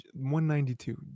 192